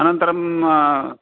अनन्तरम्